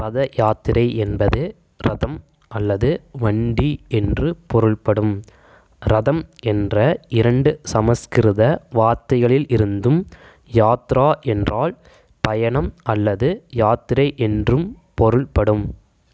ரத யாத்திரை என்பது ரதம் அல்லது வண்டி என்று பொருள்படும் ரதம் என்ற இரண்டு சமஸ்கிருத வார்த்தைகளிலிருந்தும் யாத்ரா என்றால் பயணம் அல்லது யாத்திரை என்றும் பொருள்படும்